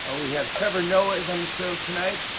ah we have trevor noah is on the show tonight.